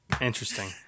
Interesting